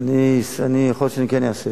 אדוני השר, זה שני צעדים מפה.